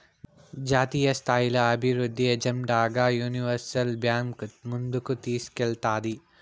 జాతీయస్థాయిల అభివృద్ధి ఎజెండాగా యూనివర్సల్ బాంక్ ముందుకు తీస్కేల్తాది